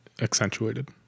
accentuated